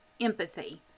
empathy